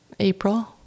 April